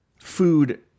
food